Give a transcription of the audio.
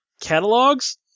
catalogs